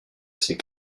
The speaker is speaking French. ses